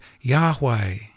Yahweh